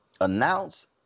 announce